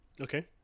Okay